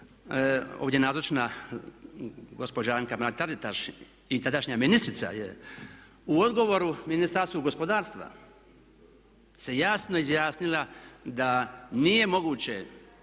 ovdje nazočna gospođa Anka Mrak-Taritaš i tadašnja ministrica je u odgovoru Ministarstvu gospodarstva se jasno izjasnila da nije moguće